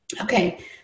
Okay